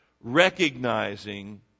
recognizing